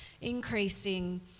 increasing